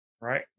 right